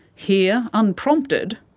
here, unprompted,